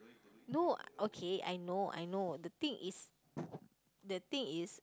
no okay I know I know the thing is the thing is